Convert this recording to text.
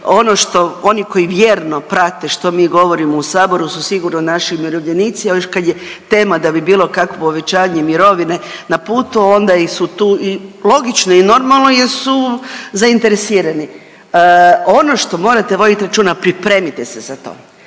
oni koji vjerno prate što mi govorimo u saboru su sigurno naši umirovljenici, a još kad je tema da bi bilo kakvo povećanje mirovine na putu onda su tu i logično i normalno jer su zainteresirani. Ono što morate vodit računa pripremite se za to,